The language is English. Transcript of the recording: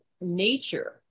nature